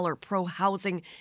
pro-housing